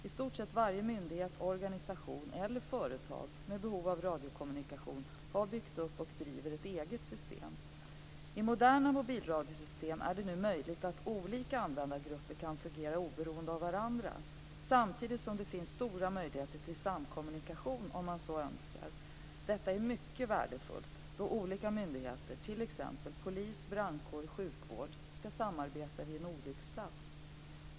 I stort sett varje myndighet, organisation eller företag med behov av radiokommunikation har byggt upp och driver ett eget system. I moderna mobilradiosystem är det nu möjligt att olika användargrupper kan fungera oberoende av varandra, samtidigt som det finns stora möjligheter till samkommunikation om man så önskar. Detta är mycket värdefullt då olika myndigheter - t.ex. polis, brandkår, sjukvård - ska samarbeta vid en olycksplats.